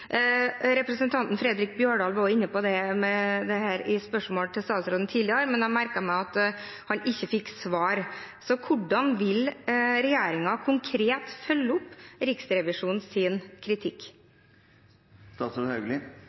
Representanten Fredric Holen Bjørdal var inne på dette i spørsmål til statsråden tidligere, men jeg merket meg at han ikke fikk svar. Hvordan vil regjeringen konkret følge opp Riksrevisjonens kritikk?